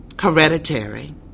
hereditary